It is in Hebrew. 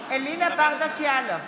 (קוראת בשמות חברי הכנסת) אלינה ברדץ' יאלוב,